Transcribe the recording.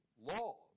law